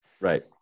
Right